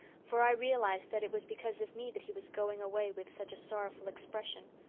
for i realized that it was because of me that he was going away with such a sorrowful expression.